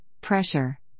pressure